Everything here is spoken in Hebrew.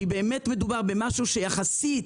כי באמת מדובר במשהו שיחסית,